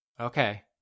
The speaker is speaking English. Okay